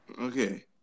okay